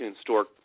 store